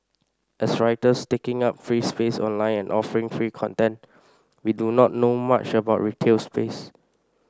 as writers taking up free space online and offering free content we do not know much about retail space